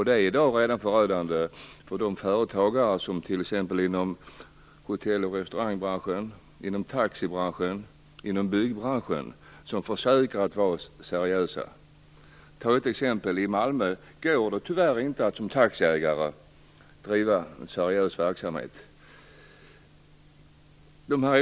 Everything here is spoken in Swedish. Det är redan i dag förödande för de företagare, t.ex. inom hotell och restaurangbranschen, inom taxibranschen och inom byggbranschen, som försöker vara seriösa. Jag kan ta ett exempel. I Malmö går det tyvärr inte att driva en seriös verksamhet som taxiägare.